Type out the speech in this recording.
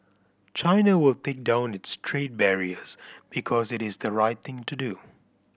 China will take down its trade barriers because it is the right thing to do